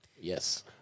Yes